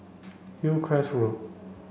Hillcrest Road